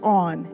on